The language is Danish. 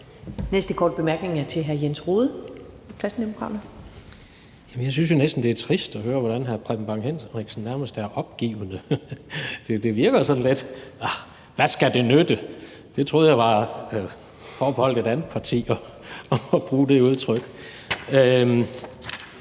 Kristendemokraterne. Kl. 13:51 Jens Rohde (KD): Jeg synes næsten, det er trist at høre, hvordan hr. Preben Bang Henriksen nærmest er opgivende. Det virker jo sådan lidt: Åh, hvad skal det nytte? Jeg troede, det var forbeholdt et andet parti at bruge det udtryk.